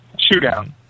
shootout